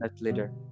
later